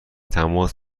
تماس